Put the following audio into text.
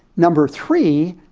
number three,